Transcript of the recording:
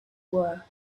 were